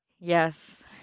Yes